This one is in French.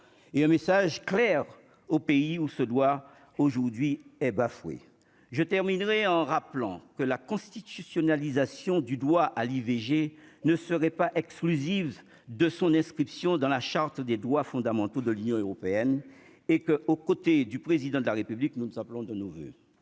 et un message clair aux pays où se doit aujourd'hui est bafoué, je terminerai en rappelant que la constitutionnalisation du droit à l'IVG ne serait pas exclusive de son inscription dans la charte des droits fondamentaux de l'Union européenne et que, au côté du président de la République, nous, nous appelons de nos voeux.